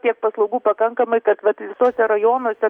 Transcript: tiek paslaugų pakankamai kad vat visuose rajonuose